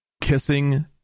kissing